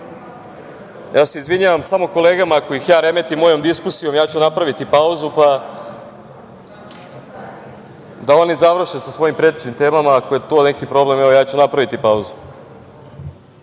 građana…Izvinjavam se kolegama. Ako ih ja remetim mojom diskusijom, ja ću napraviti pauzu, pa da oni završe sa svojim prečim temama. Ako je to neki problem, ja ću napraviti pauzu.